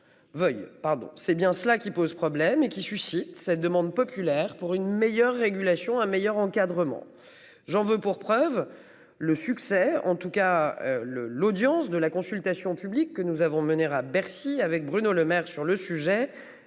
c'est bien cela qui pose problème et qui suscite cette demande populaire pour une meilleure régulation un meilleur encadrement. J'en veux pour preuve le succès en tout cas le l'audience de la consultation publique que nous avons à Bercy avec Bruno Lemaire sur le sujet.